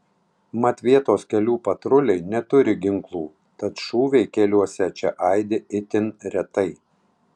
mat vietos kelių patruliai neturi ginklų tad šūviai keliuose čia aidi itin retai